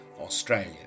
Australia